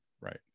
right